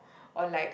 or like